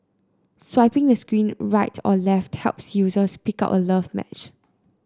swiping the screen right of left helps users pick out a love match